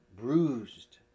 bruised